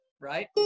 right